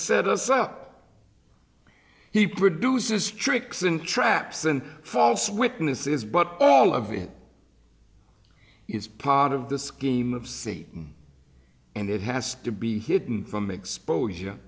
set us up he produces tricks and traps and false witnesses but all of it is part of the scheme of c and it has to be hidden from exposure